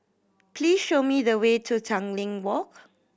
please show me the way to Tanglin Walk